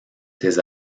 tes